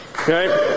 Okay